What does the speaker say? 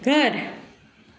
घर